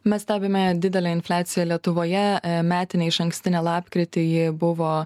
mes stebime didelę infliaciją lietuvoje metinė išankstinė lapkritį ji buvo